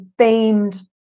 themed